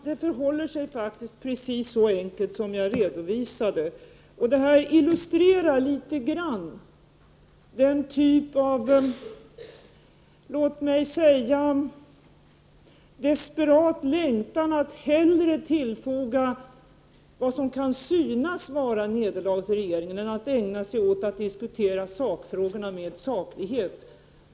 Herr talman! Det är faktiskt precis så enkelt som jag redovisat. Detta illustrerar litet av den typ av låt mig säga desperata längtan att hellre tillfoga regeringen vad som kan synas vara ett nederlag än att ägna sig åt att diskutera sakfrågorna med saklighet.